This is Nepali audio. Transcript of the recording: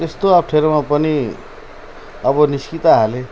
त्यस्तो अप्ठ्यारोमा पनि अब निस्की त हालेँ